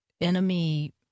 enemy